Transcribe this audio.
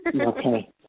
Okay